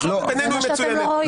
המחלוקת בינינו היא מצוינת.